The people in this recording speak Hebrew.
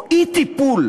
או אי-טיפול